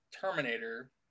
Terminator